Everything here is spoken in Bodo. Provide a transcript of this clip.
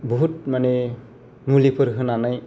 बुहुथ माने मुलिफोर होनानै